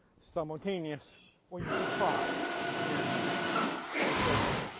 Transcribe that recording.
simultaneous or you can cross here like this.